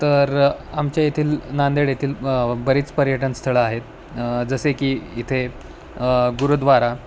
तर आमच्या येथील नांदेड येथील बरीच पर्यटन स्थळं आहेत जसे की इथे गुरुद्वारा